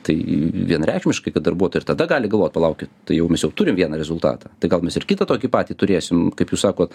tai vienareikšmiškai kad darbuotojai ir tada gali galvot palaukit tai jau mes jau turim vieną rezultatą tai gal mes ir kitą tokį patį turėsim kaip jūs sakot